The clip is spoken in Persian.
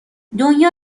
دنیا